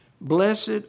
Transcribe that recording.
Blessed